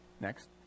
Next